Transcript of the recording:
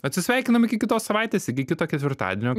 atsisveikinam iki kitos savaitės iki kito ketvirtadienio